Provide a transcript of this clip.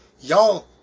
y'all